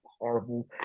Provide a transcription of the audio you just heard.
horrible